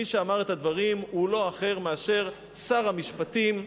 מי שאמר את הדברים הוא לא אחר מאשר שר המשפטים.